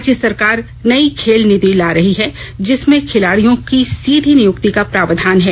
राज्य सरकार नई खेल नीति ला रही है जिसमें खिलाड़ियों की सीधी नियुक्ति का प्रावधान है